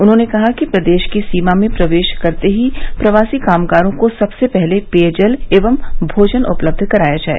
उन्होंने कहा कि प्रदेश की सीमा में प्रवेश करते ही प्रवासी कामगारों को सबसे पहले पेयजल एवं भोजन उपलब्ध कराया जाए